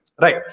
right